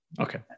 Okay